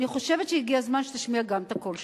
אני חושבת שהגיע הזמן שתשמיע גם את הקול שלך.